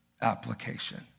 application